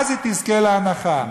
אז היא תזכה להנחה.